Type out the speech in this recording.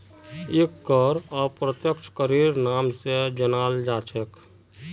एक कर अप्रत्यक्ष करेर नाम स जानाल जा छेक